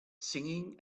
singing